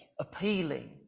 appealing